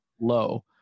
low